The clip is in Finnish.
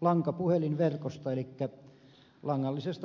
lankapuhelinverkosta elikkä langallisesta viestintäverkosta eroon